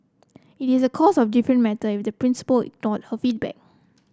it is a course of different matter if the principal ignored her feedback